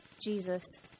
Jesus